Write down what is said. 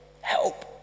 help